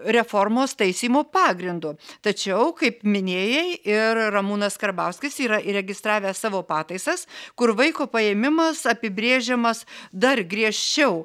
reformos taisymo pagrindu tačiau kaip minėjai ir ramūnas karbauskis yra įregistravęs savo pataisas kur vaiko paėmimas apibrėžiamas dar griežčiau